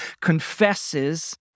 confesses